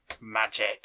magic